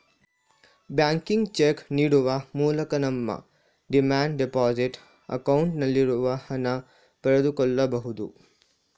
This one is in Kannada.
ಬ್ಯಾಂಕಿಗೆ ಚೆಕ್ ನೀಡುವ ಮೂಲಕ ನಮ್ಮ ಡಿಮ್ಯಾಂಡ್ ಡೆಪೋಸಿಟ್ ಅಕೌಂಟ್ ನಲ್ಲಿರುವ ಹಣ ಪಡೆದುಕೊಳ್ಳಬಹುದು